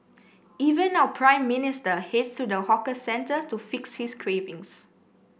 even our Prime Minister heads to the hawker centre to fix his cravings